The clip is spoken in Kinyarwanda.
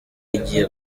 igiye